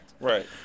Right